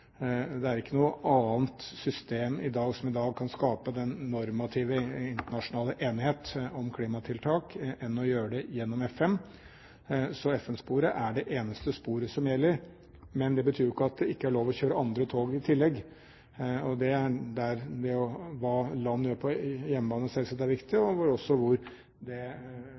Det er ikke noe annet system i dag som kan skape den normative internasjonale enighet om klimatiltak enn ved å gjøre det gjennom FN, så FN-sporet er det eneste sporet som gjelder. Men det betyr jo ikke at det ikke er lov å kjøre andre tog i tillegg, der det som land gjør på hjemmebane, og også det koalisjoner av villige land kan gjøre på skogsatsing, på klimatilpasning eller på teknologioverføring, selvsagt er viktig.